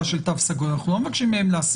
של תו סגול אנחנו לא מבקשים להסיר,